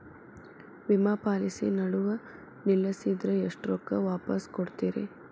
ವಿಮಾ ಪಾಲಿಸಿ ನಡುವ ನಿಲ್ಲಸಿದ್ರ ಎಷ್ಟ ರೊಕ್ಕ ವಾಪಸ್ ಕೊಡ್ತೇರಿ?